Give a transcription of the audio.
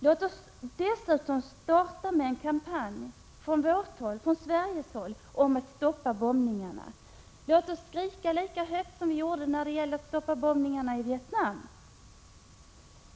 Låt oss härifrån Sverige starta en kampanj för att stoppa bombningarna i Afghanistan. Låt oss skrika lika högt som vi gjorde när det gällde att stoppa bombningarna i Vietnam.